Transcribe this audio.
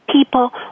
People